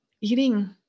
eating